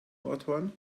nordhorn